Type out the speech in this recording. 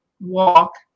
walk